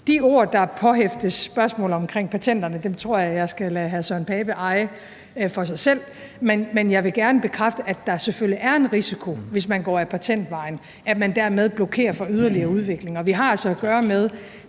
De ord, der påhæftes spørgsmålet om patenterne, tror jeg, jeg skal lade hr. Søren Pape Poulsen eje selv. Men jeg vil gerne bekræfte, at der selvfølgelig er en risiko, hvis man går ad patentvejen, altså at man dermed blokerer for yderligere udvikling. Og vi har altså at gøre med